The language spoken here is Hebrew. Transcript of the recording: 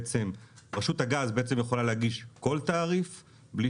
רשות הגז בעצם יכולה להגיש כל תעריף בלי